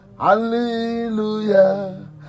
Hallelujah